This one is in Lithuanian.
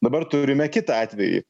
dabar turime kitą atvejį